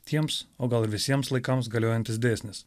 tiems o gal ir visiems laikams galiojantis dėsnis